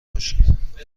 باشم